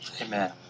Amen